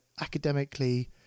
academically